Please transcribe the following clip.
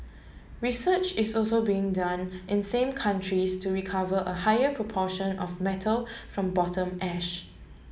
research is also being done in some countries to recover a higher proportion of metal from bottom ash